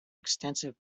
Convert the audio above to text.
extensive